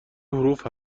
حروف